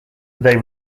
they